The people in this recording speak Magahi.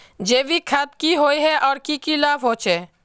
जैविक खाद की होय आर की की लाभ होचे?